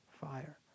fire